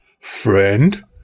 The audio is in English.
friend